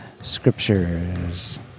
scriptures